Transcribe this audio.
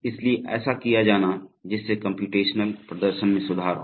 इसलिए ऐसा किया जाना चाहिए जिससे कम्प्यूटेशनल प्रदर्शन में सुधार हो